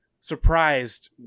surprised